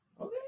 Okay